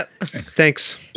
Thanks